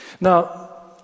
Now